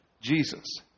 Jesus